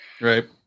Right